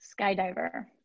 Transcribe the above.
skydiver